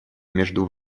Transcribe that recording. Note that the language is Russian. между